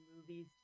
movies